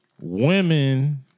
women